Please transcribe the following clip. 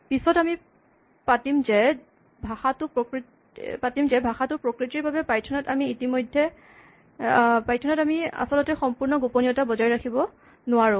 পিছত আমি পাতিম যে ভাষাটোৰ প্ৰকৃতিৰ বাবে পাইথন ত আমি আচলতে সম্পূৰ্ণ গোপনীয়তা বজাই ৰাখিব নোৱাৰোঁ